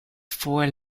four